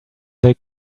they